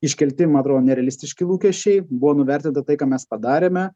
iškelti man atrodo nerealistiški lūkesčiai buvo nuvertinta tai ką mes padarėme